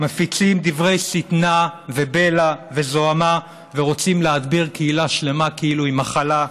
מפיצים דברי שטנה ובלע וזוהמה ורוצים להדביר קהילה שלמה כאילו היא מחלה.